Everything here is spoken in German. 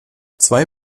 zwei